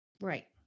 Right